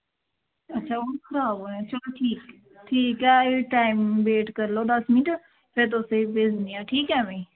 अच्छा हून खराब होया चलो ठीक ऐ टाईम वेट करी लैओ दस्स मिंट ते तुसेंगी भेजी ओड़ने आं ठीक ऐ